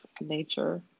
nature